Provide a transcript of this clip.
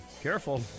careful